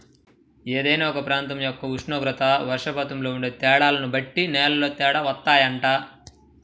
ఏదైనా ఒక ప్రాంతం యొక్క ఉష్ణోగ్రత, వర్షపాతంలో ఉండే తేడాల్ని బట్టి నేలల్లో తేడాలు వత్తాయంట